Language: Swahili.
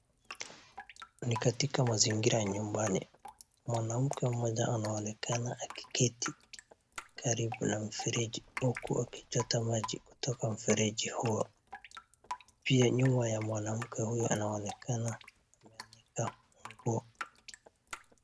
Ni katika mazingira ya nyumbani, mwanamke mmoja anaonekana akiketi karibu na mfereji huku akichota maji kutoka mfereji huo, pia nyuma ya mwanamke huyo inaonekana ameanikwa manguo.